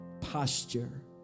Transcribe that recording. posture